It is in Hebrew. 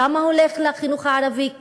כמה הולך לחינוך הערבי,